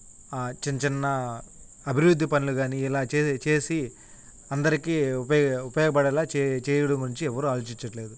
చిన్న చిన్న అభివృద్ధి పనులు కానీ ఇలా చే చేసి అందరికీ ఉపయోగ ఉపయోగపడేలా చే చెయ్యడం గురించి ఎవ్వరూ ఆలోచించడంలేదు